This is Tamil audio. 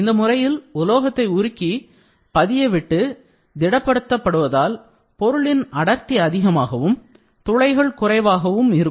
இந்த முறையில் உலோகத்தை உருக்கி பதியவிட்டு திடப்படுத்த படுவதால் பொருளின் அடர்த்தி அதிகமாகவும் துளைகள் குறைவாகவும் இருக்கும்